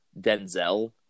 Denzel